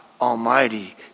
Almighty